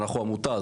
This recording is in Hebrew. אנחנו עמותה,